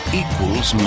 equals